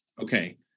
Okay